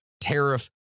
tariff